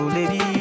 Lady